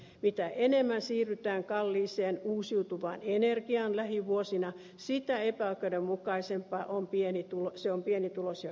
mitä enemmän siirrytään kalliiseen uusiutuvaan energiaan lähivuosina sitä epäoikeudenmukaisempi se on pienituloisia kohtaan